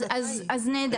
אז נהדר,